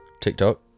TikTok